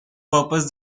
propose